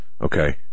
Okay